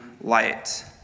light